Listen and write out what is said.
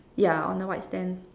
yeah on the white stand